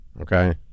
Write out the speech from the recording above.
Okay